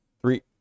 three